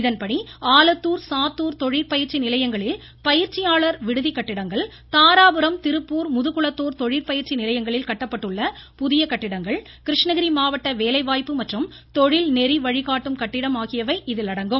இதன்படி ஆலத்தூர் சாத்தூர் தொழிற்பயிற்சி நிலையங்களில் பயிற்சியாளர் விடுதி கட்டிடங்கள் தாராபுரம் திருப்பூர் முதுகுளத்தூர் தொழிற்பயிற்சி நிலையங்களில் கட்டப்பட்டுள்ள புதிய கட்டடங்கள் கிருஷ்ணகிரி மாவட்ட வேலைவாய்ப்பு மற்றும் தொழில்நெறி வழிகாட்டு கட்டிடம் ஆகியவை இதில் அடங்கும்